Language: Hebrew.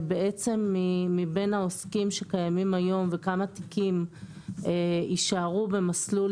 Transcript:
מבין העוסקים שקיימים היום וכמה תיקים יישארו במסלול